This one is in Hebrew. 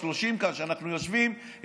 כשאנחנו יושבים כאן 30,